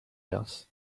nails